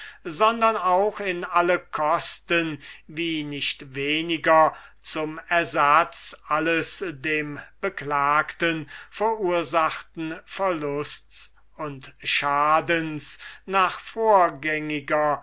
sondern auch in alle kosten wie nicht weniger zum ersatz alles dem beklagten verursachten verlusts und schadens nach vorgängiger